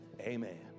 amen